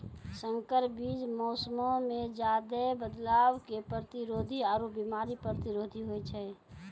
संकर बीज मौसमो मे ज्यादे बदलाव के प्रतिरोधी आरु बिमारी प्रतिरोधी होय छै